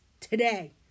today